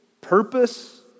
purpose